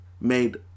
made